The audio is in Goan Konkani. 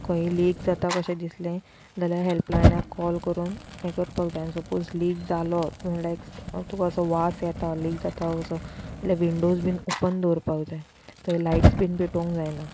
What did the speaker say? खंय लीक जाता कशें दिसलें जाल्यार हेल्प लायनाक कॉल करून हें करपाक जाय आनी जर सपोज लीक जालो लायक तुका असो वास येता लीक जाता असो जाल्या विंडोज बीन ऑपन दवपाक जाय थंय लायट्स बीन पेटोवंक जायना